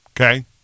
Okay